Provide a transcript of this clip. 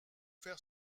faire